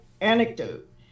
anecdote